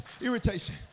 irritation